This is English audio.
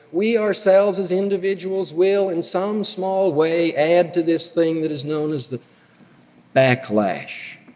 we ourselves as individuals will in some small way add to this thing that is known as the backlash,